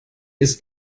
ist